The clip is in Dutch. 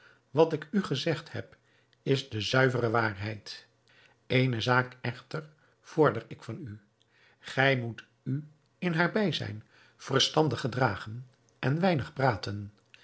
wat ik u gezegd heb is de zuivere waarheid ééne zaak echter vorder ik van u gij moet u in haar bijzijn verstandig gedragen en weinig praten